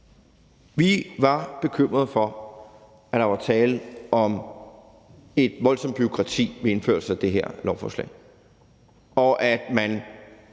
Vi var bekymret for, at der var tale om et voldsomt bureaukrati ved indførelsen af det lovforslag,